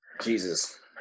Jesus